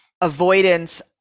Avoidance